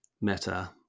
Meta